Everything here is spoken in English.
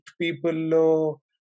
people